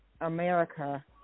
America